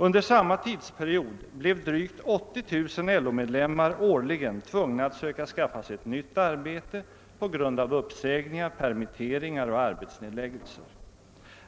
Under samma tidsperiod blev drygt 80 000 LO-medlemmar årligen tvungna att försöka skaffa sig ett nytt arbete på grund av uppsägningar, permitteringar och arbetsnedläggelser.